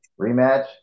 rematch